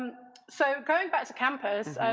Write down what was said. um so going back to campus,